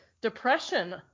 depression